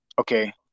okay